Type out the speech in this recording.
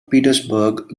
petersburg